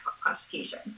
classification